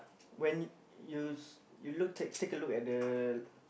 when use you look take take a look at the